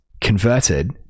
converted